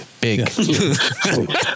big